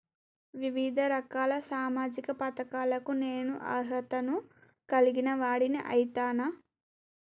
వివిధ రకాల సామాజిక పథకాలకు నేను అర్హత ను కలిగిన వాడిని అయితనా?